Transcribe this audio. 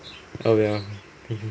oh ya loh